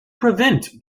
prevent